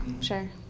sure